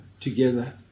together